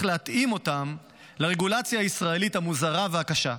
להתאים אותם לרגולציה הישראלית המוזרה והקשה.